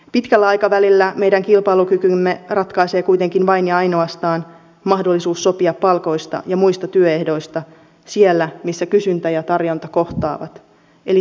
pitkällä aikavälillä meidän kilpailukykymme ratkaisee kuitenkin vain ja ainoastaan mahdollisuus sopia palkoista ja muista työehdoista siellä missä kysyntä ja tarjonta kohtaavat eli työpaikkatasolla